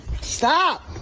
Stop